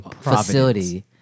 facility